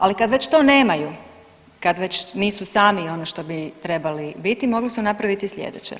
Ali kad već to nemaju, kad već nisu sami ono što bi trebali biti mogli su napraviti sljedeće.